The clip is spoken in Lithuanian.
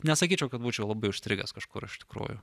nesakyčiau kad būčiau labai užstrigęs kažkur iš tikrųjų